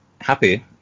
happy